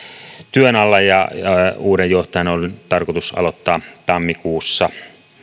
työn alla ja uuden johtajan on tarkoitus aloittaa tammikuussa